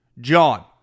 john